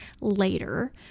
later